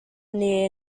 near